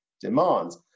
demands